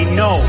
no